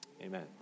Amen